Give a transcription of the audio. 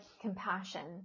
compassion